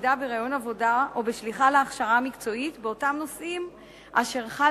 מידע בראיון עבודה או בשליחה להכשרה מקצועית באותם נושאים אשר חל